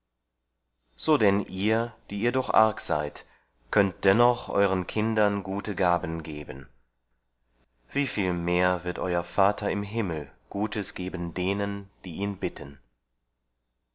so denn ihr die ihr doch arg seid könnt dennoch euren kindern gute gaben geben wie viel mehr wird euer vater im himmel gutes geben denen die ihn bitten